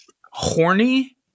Horny